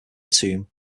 tomb